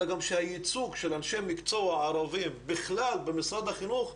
אלא גם שהייצוג של אנשי מקצוע ערבים בכלל במשרד החינוך,